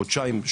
חודשיים,